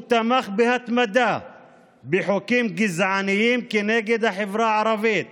הוא תמך בהתמדה בחוקים גזעניים כנגד החברה הערבית